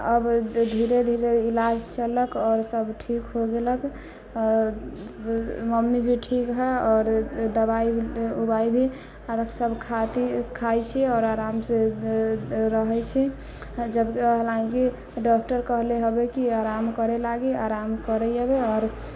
अब धीरे धीरे इलाज चललक आओर सब ठीक हो गेलक मम्मी भी ठीक हइ आओर दवाइ उवाइ भी सब खाती खाइ छै आरामसँ रहे छै जबकि हालाँकि डॉक्टर कहले हबे कि आराम करै लागी आराम करैए आओर